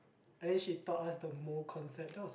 and then she taught us the mole concept that was